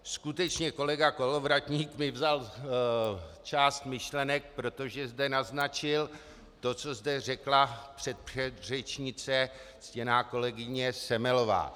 Skutečně kolega Kolovratník mi vzal část myšlenek, protože zde naznačil to, co zde řekla předpředřečnice, ctěná kolegyně Semelová.